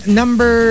number